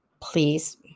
please